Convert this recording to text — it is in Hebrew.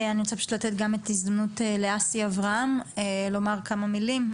אני רוצה פשוט לתת גם את ההזדמנות לאסי אברהם לומר כמה מילים.